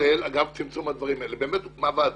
הוקמה ועדה,